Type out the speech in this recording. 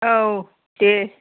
औ दे